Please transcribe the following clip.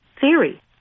theory